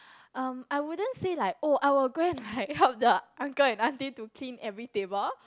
um I wouldn't say like oh I will go and like help the uncle and aunty to clean every table